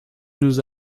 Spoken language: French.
nous